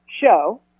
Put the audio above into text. show